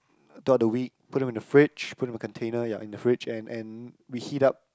throughout the week put them in the fridge put them in a container ya in the fridge and and we heat up